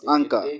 Anka